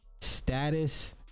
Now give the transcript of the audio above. status